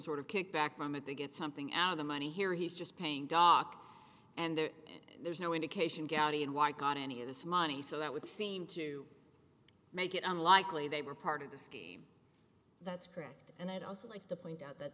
sort of kickback from it to get something out of the money here he's just paying doc and they're there's no indication gowdy and white got any of this money so that would seem to make it unlikely they were part of the scheme that's correct and i'd also like to point out that